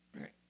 Right